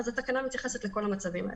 אז התקנה מתייחסת לכל המצבים האלה.